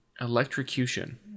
Electrocution